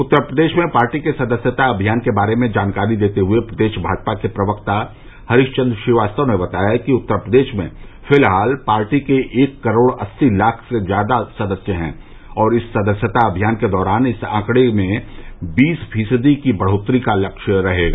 उत्तर प्रदेश में पार्टी के सदस्यता अभियान के बारे में जानकारी देते हुए भाजपा के प्रदेश प्रवक्ता हरीश्व चन्द्र श्रीवास्तव ने बताया कि उत्तर प्रदेश में फिलहाल पार्टी के एक करोड़ अस्सी लाख से ज्यादा सदस्य हैं और इस सदस्यता अभियान के दौरान इस ऑकड़े में बीस फीसदी की बढ़ोत्तरी का लक्ष्य रहेगा